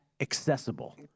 accessible